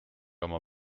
oma